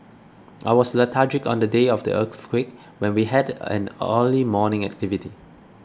I was lethargic on the day of the earthquake when we had an early morning activity